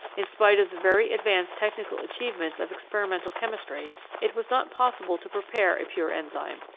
in spite of the very advanced technical achievements of experimental chemistry, it was not possible to prepare a pure enzyme,